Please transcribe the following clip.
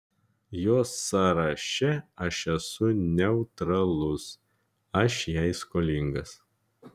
jos sąraše aš esu neutralus aš jai skolingas